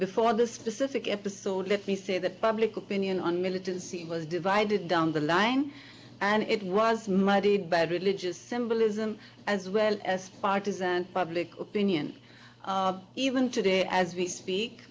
before the specific episode let me say the public opinion on militancy was divided down the line and it was muddied by religious symbolism as well as partisan public opinion even today as we speak